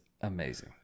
amazing